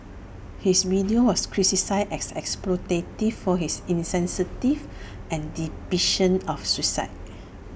his video was criticised as exploitative for his insensitive and depiction of suicide